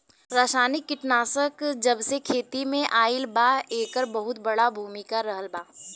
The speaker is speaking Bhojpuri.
रासायनिक कीटनाशक जबसे खेती में आईल बा येकर बहुत बड़ा भूमिका रहलबा